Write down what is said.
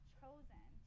chosen